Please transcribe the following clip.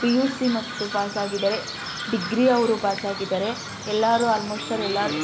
P U C ಮಕ್ಕಳು pass ಆಗಿದ್ದಾರೆ ಡಿಗ್ರಿಯವರು ಪಾಸ್ ಆಗಿದ್ದಾರೆ ಎಲ್ಲರೂ ಆಲ್ಮೋಶ್ಟ್ ಅವ್ರು ಎಲ್ಲರೂ